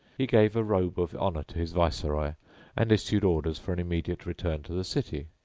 he gave a robe of honour to his viceroy and issued orders for an immediate return to the city.